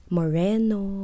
Moreno